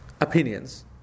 opinions